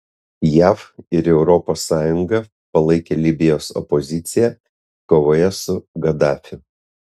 jav ir europos sąjunga palaikė libijos opoziciją kovoje su gadafiu